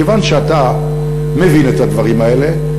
מכיוון שאתה מבין את הדברים האלה,